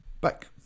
Back